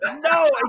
No